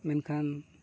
ᱢᱮᱱᱠᱷᱟᱱ